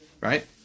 right